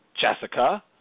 Jessica –